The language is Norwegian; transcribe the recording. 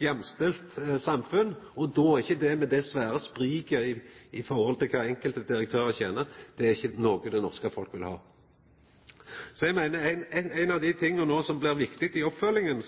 jamstelt samfunn og ikkje med det svære spriket i forhold til kva enkelte direktørar tener. Det er ikkje noko som det norske folket vil ha. Eg meiner at noko av det som blir viktig i oppfølginga,